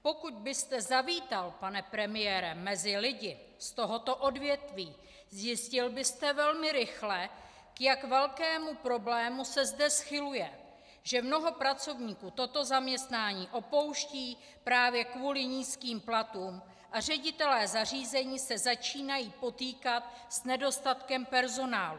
Pokud byste zavítal, pane premiére, mezi lidi z tohoto odvětví, zjistil byste velmi rychle, k jak velkému problému se zde schyluje, že mnoho pracovníků toto zaměstnání opouští právě kvůli nízkým platům a ředitelé zařízení se začínají potýkat s nedostatkem personálu.